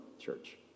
church